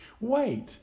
wait